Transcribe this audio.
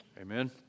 Amen